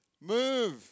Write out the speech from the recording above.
move